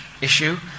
issue